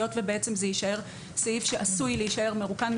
היות ובעצם זה יישאר סעיף שעשוי להישאר מרוקן,